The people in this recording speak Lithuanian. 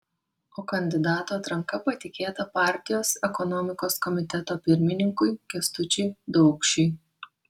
o kandidatų atranka patikėta partijos ekonomikos komiteto pirmininkui kęstučiui daukšiui